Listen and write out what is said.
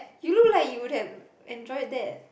you look like you would have enjoyed that